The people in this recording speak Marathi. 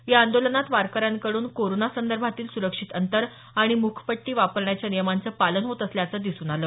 या आंदोलनात वारकाऱ्यांकडून कोरोना संदर्भातील सुरक्षित अंतर आणि मुखपट्टी वापरण्याच्या नियमांचं पालन होत असल्याचं दिसून आल